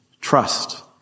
trust